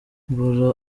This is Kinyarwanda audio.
bora